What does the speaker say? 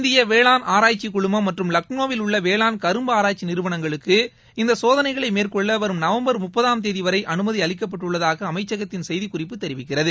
இந்திய வேளாண் ஆராய்ச்சி குழுமம் மற்றும் லக்னோவில் உள்ள வேளாண் கரும்பு ஆராய்ச்சி நிறுவனங்களுக்கு இந்த சோதனைகளை மேற்கொள்ள வரும் நவம்பர் முப்பதாம் தேதிவரை அனுமதி அளிக்கப்பட்டுள்ளதாக என்று அமைச்சகத்தின் செய்திக்குறிப்பு தெரிவிக்கிறது